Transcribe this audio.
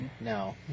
no